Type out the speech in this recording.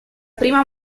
prima